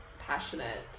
passionate